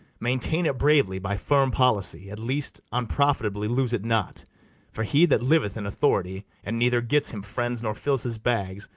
maintain it bravely by firm policy at least, unprofitably lose it not for he that liveth in authority, and neither gets him friends nor fills his bags,